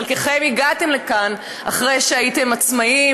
חלקכם הגעתם לכאן אחרי שהייתם עצמאים,